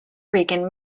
rican